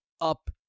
up